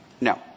No